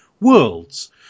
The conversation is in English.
worlds